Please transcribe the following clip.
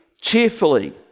cheerfully